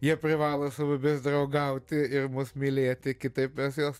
jie privalo su mumis draugauti ir mus mylėti kitaip mes juos